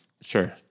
Sure